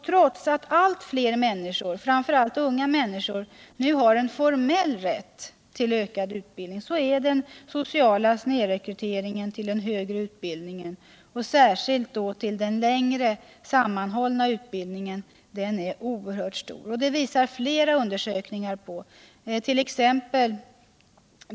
: Trots att allt fler människor, framför allt unga människor, nu har formell rätt till ökad utbildning, är den sociala snedrekryteringen till den högre utbildningen och särskilt den längre sammanhållna utbildningen stor. Detta visar flera undersökningar,t.ex.